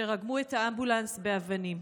שרגמו את האמבולנס באבנים.